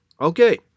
Okay